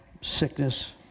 sickness